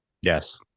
Yes